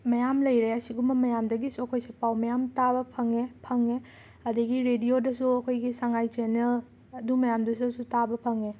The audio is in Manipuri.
ꯃꯌꯥꯝ ꯂꯩꯔꯦ ꯑꯁꯤꯒꯨꯝꯕ ꯃꯌꯥꯝꯗꯒꯤꯁꯨ ꯑꯩꯈꯣꯏꯁꯦ ꯄꯥꯎ ꯃꯌꯥꯝ ꯇꯥꯕ ꯐꯪꯉꯦ ꯐꯪꯉꯦ ꯑꯗꯒꯤ ꯔꯦꯗꯤꯌꯣꯗꯁꯨ ꯑꯩꯈꯣꯏꯒꯤ ꯁꯪꯉꯥꯏ ꯆꯦꯅꯦꯜ ꯑꯗꯨ ꯃꯌꯥꯝꯗꯨꯗꯁꯨ ꯇꯥꯕ ꯐꯪꯉꯦ